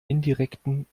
indirekten